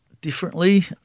differently